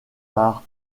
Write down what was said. par